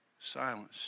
Silence